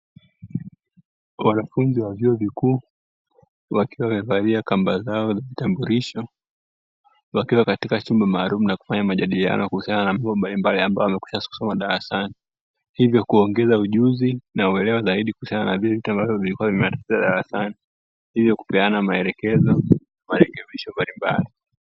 Wanafunzi wa vyuo vikuu wakiwa wamevalia kamba zao za vitambulisho, wakiwa katika chumba maalumu na kufanya majadiliano kuhusu vitu mbalimbali ambavyo wamekwisha kuvisoma darasani. Hivyo kuongeza ujuzi na uelewa zaidi kuhusiana na vile vitu ambavyo vilikiwa vimeelezewa darasani, hivyo kupeana maelekezo na marekebisho mbalimbali.